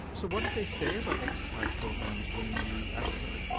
so what did they say about exercise programs when you asked them?